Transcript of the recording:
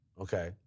Okay